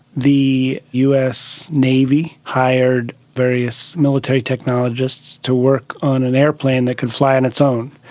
the us navy hired various military technologists to work on an aeroplane that could fly on its own,